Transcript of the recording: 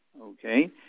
okay